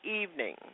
evening